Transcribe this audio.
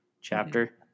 chapter